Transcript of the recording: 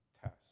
test